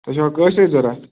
تُہۍ چھَوا کٲشرٕے ضرورَت